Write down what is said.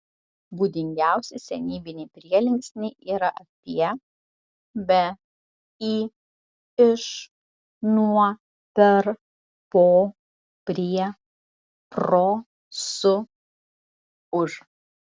būdingiausi senybiniai prielinksniai yra apie be į iš nuo per po prie pro su už